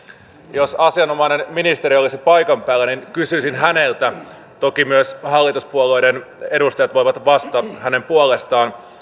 jos asianomainen ministeri olisi paikan päällä niin kysyisin häneltä toki myös hallituspuolueiden edustajat voivat vastata hänen puolestaan